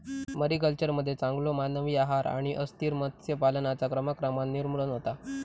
मरीकल्चरमध्ये चांगलो मानवी आहार आणि अस्थिर मत्स्य पालनाचा क्रमाक्रमान निर्मूलन होता